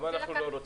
גם אנחנו לא רוצים.